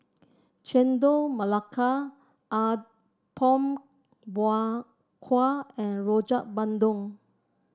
Chendol Melaka Apom Berkuah and Rojak Bandung